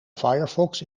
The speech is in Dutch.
firefox